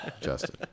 Justin